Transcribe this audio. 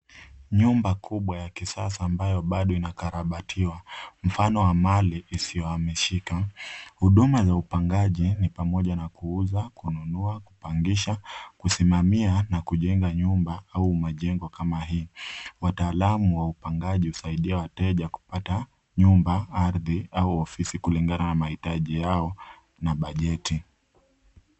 Nyumba kubwa ya kisasa ambayo bado inakarabatiwa. Mfano wa mali isiyohamishika. Huduma za upangaji ni pamoja na kuuza, kununua, kupangisha, kusimamaia na kujenga nyumba au majengo kama hii. Wataalamu wa upangaji husaidia wateja kupata nyumba, ardhi au ofisi kulingana na mahitaji yao na bajeti.